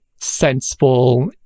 sensible